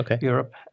Europe